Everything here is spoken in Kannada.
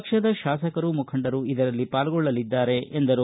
ಪಕ್ಷದ ಶಾಸಕರು ಮುಖಂಡರು ಇದರಲ್ಲಿ ಪಾಲ್ಗೊಳ್ಳಲಿದ್ದಾರೆ ಎಂದರು